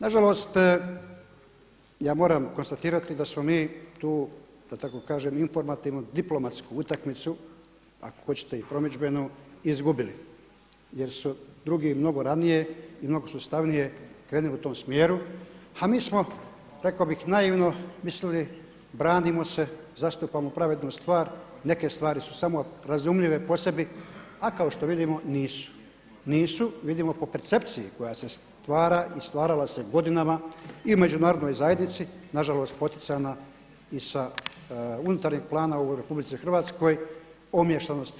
Nažalost ja moram konstatirati da smo mi tu da tako kažem informativno diplomatsku utakmicu ako hoćete i promidžbenu i izgubili jer su drugi mnogo ranije i mnogo sustavnije krenuli u tom smjeru a mi smo rekao bih naivno mislili branimo se, zastupamo pravednu stvar, neke stvari su samo razumljive po sebi a kako što vidimo nisu, nisu vidimo po percepciji koja se stvara i stvarala se godinama i u međunarodnoj zajednici, nažalost poticana i sa unutarnjeg plana u RH o